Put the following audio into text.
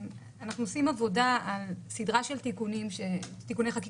אנחנו עושים עבודה על סדרה של תיקוני חקיקה,